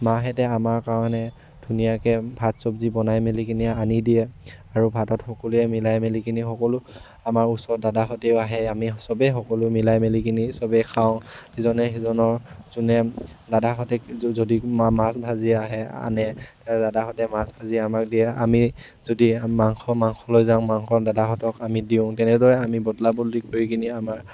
মাহেঁতে আমাৰ কাৰণে ধুনীয়াকৈ ভাত চব্জি বনাই মেলি কিনি আনি দিয়ে আৰু ভাতত সকলোৱে মিলাই মিলি কিনি সকলো আমাৰ ওচৰত দাদাহঁতেও আহে আমি চবেই সকলো মিলাই মিলি কিনি চবেই খাওঁ ইজনে সিজনৰ যোনে দাদাহঁতে য যদি মা মাছ ভাজি আহে আনে তেতিয়া দাদাহঁতে মাছ ভাজি আমাক দিয়ে আমি যদি মাংস মাংস লৈ যাওঁ মাংস দাদাহঁতক আমি দিওঁ তেনেদৰে আমি বদলা বদলি কৰি কিনি আমাৰ